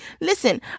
listen